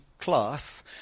class